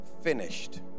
finished